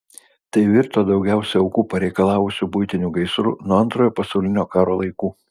tai virto daugiausiai aukų pareikalavusiu buitiniu gaisru nuo antrojo pasaulinio karo laikų